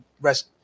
rest